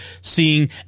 seeing